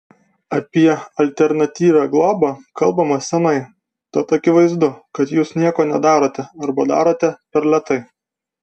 apie alternatyvią globą kalbama seniai tad akivaizdu kad jūs nieko nedarote arba darote per lėtai